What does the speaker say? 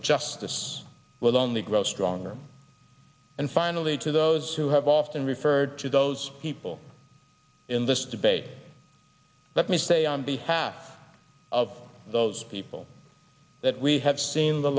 justice was on the ground stronger and finally to those who have often referred to those people in this debate let me stay on behalf of those people that we have seen the